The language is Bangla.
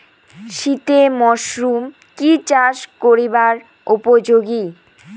শীতের মরসুম কি চাষ করিবার উপযোগী?